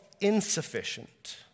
insufficient